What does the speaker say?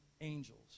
angels